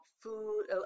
food